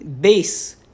base